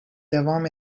devam